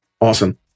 Awesome